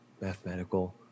mathematical